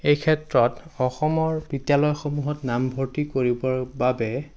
এই ক্ষেত্ৰত অসমৰ বিদ্যালয়সমূহত নামভৰ্তি কৰিবৰ বাবে